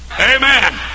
Amen